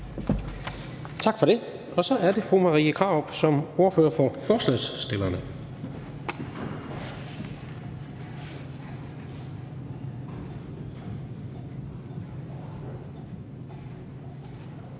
Tak for det. Så er det fru Marie Krarup som ordfører for forslagsstillerne.